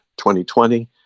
2020